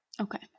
Okay